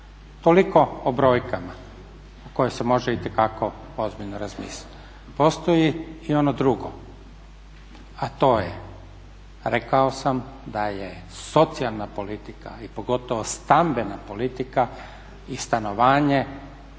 Toliko o brojkama o kojima se može itekako ozbiljno razmisliti. Postoji i ono drugo, a to je rekao sam da je socijalna politika i pogotovo stambena politika i stanovanje osnovna